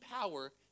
power